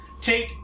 take